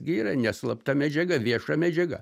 gi yra ne slapta medžiaga vieša medžiaga